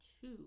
Two